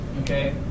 Okay